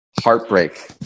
heartbreak